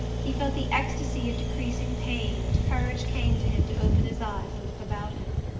he felt the ecstasy of decreasing pain, and courage came to him to open his eyes and look about him.